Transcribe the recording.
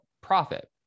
profit